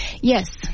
Yes